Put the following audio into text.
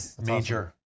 major